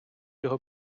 його